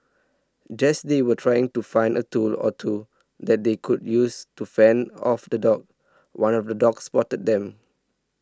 just they were trying to find a tool or two that they could use to fend off the dogs one of the dogs spotted them